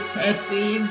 happy